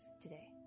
today